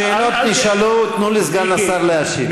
השאלות נשאלו, תנו לסגן השר להשיב.